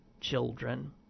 children